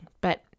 But-